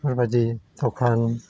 फोरबायदि दखान